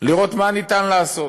לראות מה ניתן לעשות?